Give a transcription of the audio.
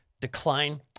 decline